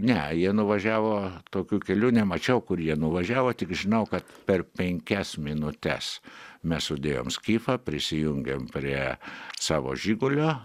ne jie nuvažiavo tokiu keliu nemačiau kur jie nuvažiavo tik žinau kad per penkias minutes mes sudėjom sklyfą prisijungėm prie savo žigulio